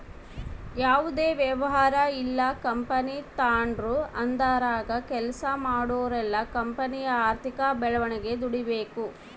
ಯಾವುದೇ ವ್ಯವಹಾರ ಇಲ್ಲ ಕಂಪನಿ ತಾಂಡ್ರು ಅದರಾಗ ಕೆಲ್ಸ ಮಾಡೋರೆಲ್ಲ ಕಂಪನಿಯ ಆರ್ಥಿಕ ಬೆಳವಣಿಗೆಗೆ ದುಡಿಬಕು